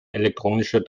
elektronische